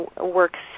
works